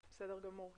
בסדר גמור.